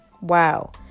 Wow